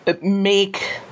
make